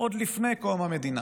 עוד לפני קום המדינה.